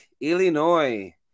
Illinois